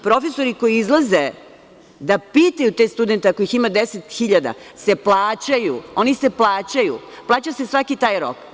Profesori koji izlaze da pitaju te studente, ako ih ima 10.000, se plaćaju, plaća se svaki taj rok.